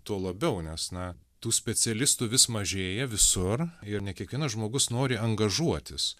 tuo labiau nes na tų specialistų vis mažėja visur ir ne kiekvienas žmogus nori angažuotis